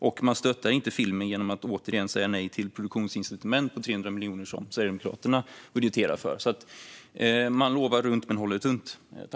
Och man stöttar inte filmen genom att återigen säga nej till det produktionsincitament på 300 miljoner som Sverigedemokraterna budgeterar för. Man lovar runt men håller tunt.